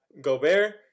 Gobert